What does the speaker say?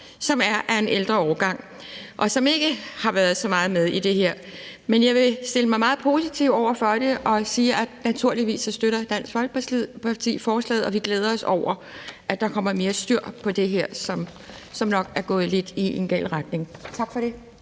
som er af en ældre årgang, og som ikke har været så meget med i det her. Jeg vil stille mig meget positiv over for det og sige, at naturligvis støtter Dansk Folkeparti forslaget, og vi glæder os over, at der kommer mere styr på det her, som nok er gået lidt i en gal retning. Tak. Kl.